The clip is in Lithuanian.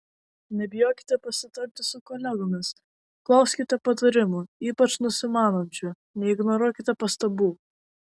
nebijokite pasitarti su kolegomis klauskite patarimų ypač nusimanančių neignoruokite pastabų